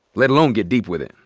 let alone get deep with them?